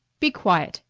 be quiet!